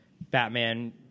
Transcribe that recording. Batman